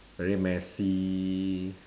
very messy